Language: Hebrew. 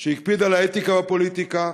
שהקפיד על האתיקה בפוליטיקה,